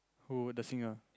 who the singer